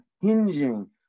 hinging